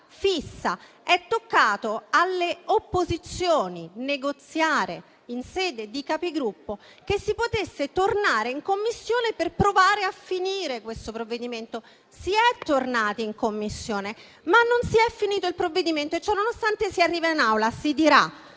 fissa. È toccato alle opposizioni negoziare in sede di Capigruppo che si potesse tornare in Commissione per provare a finire questo provvedimento. Si è tornati in Commissione, ma non si è conclusa la discussione del provvedimento e ciononostante si arriva in Aula. Si dirà: